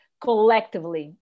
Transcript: collectively